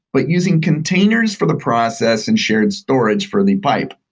but using containers for the process and shared storage for the pipe.